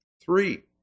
Three